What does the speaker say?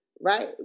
Right